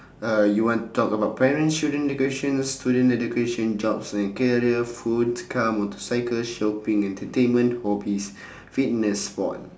uh you want to talk about parents children education student education jobs and career food car motorcycles shopping entertainment hobbies fitness sport